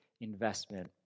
investment